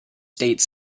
state